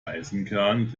eisenkern